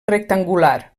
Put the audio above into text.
rectangular